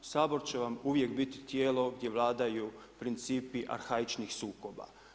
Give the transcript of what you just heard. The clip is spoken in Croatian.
Sabor će vam uvijek biti tijelo gdje vladaju principi arhaičnih sukoba.